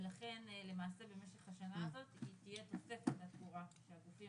ולכן למעשה במשך השנה הזאת תהיה תוספת לתקורה שהגופים